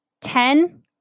ten